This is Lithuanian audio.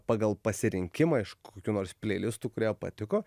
pagal pasirinkimą iš kokių nors pleilistų kurie patiko